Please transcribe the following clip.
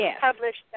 published